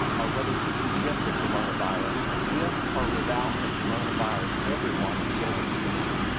or whether people get the coronavirus, with or without the coronavirus, everyone is going to die.